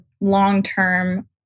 long-term